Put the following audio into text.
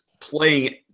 playing